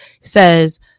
says